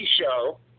show